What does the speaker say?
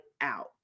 out